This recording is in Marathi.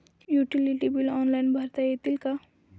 युटिलिटी बिले ऑनलाईन भरता येतील का?